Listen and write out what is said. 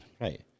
right